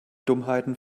dummheiten